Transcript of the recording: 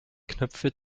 knöpfe